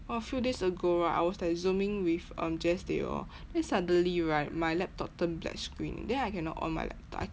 !wah! a few days ago right I was like zooming with um jes they all then suddenly right my laptop turn black screen then I cannot on my laptop I